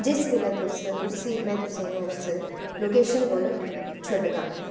जिस बेल्लै तुस में तुसें उस लोकेशन कोल छड्डगा